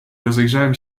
rozejrzałem